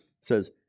says